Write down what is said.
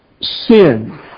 sin